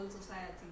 society